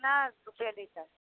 कितना रुपये लीटर